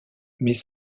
mais